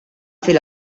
fer